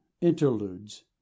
interludes